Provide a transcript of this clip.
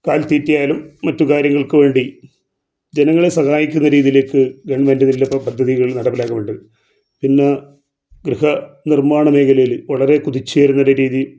കാലിത്തീറ്റയായാലും മറ്റു കാര്യങ്ങൾക്ക് വേണ്ടി ജനങ്ങളെ സഹായിക്കുന്ന രീതീയിലേക്ക് ഗെവൺമെൻട് വലിയ പദ്ധതികൾ നടപ്പിലാക്കുന്നുണ്ട് പിന്നെ ഗൃഹ നിർമ്മാണ മേഘലയില് വളരെ കുതിച്ചുയരുന്ന ഒര് രീതി